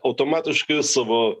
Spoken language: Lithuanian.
automatiškai savo